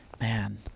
Man